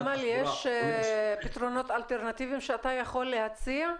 אמל, יש פתרונות אלטרנטיביים שאתה יכול להציע?